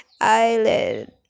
eyelid